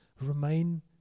remain